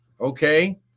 Okay